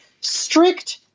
strict